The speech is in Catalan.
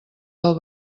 del